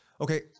Okay